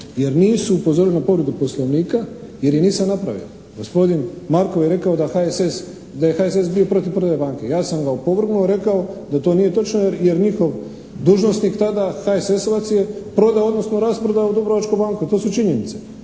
jer nisu upozorili na povredu Poslovnika, jer je nisam napravio. Gospodin Markov je rekao da je HSS bio protiv prodaje banke. Ja sam ga opovrgnuo i rekao da to nije točno, jer njihov dužnosnik tada HSS-ovac je prodao, odnosno rasprodao Dubrovačku banku i to su činjenice,